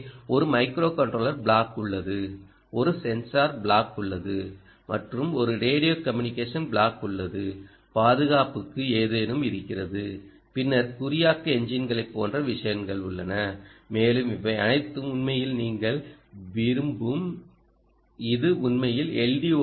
எனவே ஒரு microcontroller block உள்ளது ஒரு சென்சார் பிளாக் உள்ளது மற்றும் ஒரு ரேடியோ கம்யூனிகேஷன் பிளாக் உள்ளது பாதுகாப்புக்கு ஏதேனும் இருக்கிறது பின்னர் குறியாக்க என்ஜின்களை போன்ற விஷயங்கள் உள்ளன மேலும் இவை அனைத்தும் உண்மையில் நீங்கள் விரும்பும் இது உண்மையில் எல்